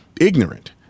ignorant